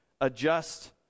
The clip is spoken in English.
adjust